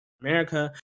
America